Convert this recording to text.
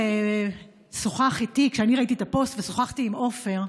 כשראיתי את הפוסט ושוחחתי עם עופר,